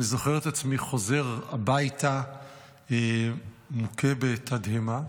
אני זוכר את עצמי חוזר הביתה מוכה בתדהמה,